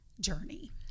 journey